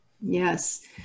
Yes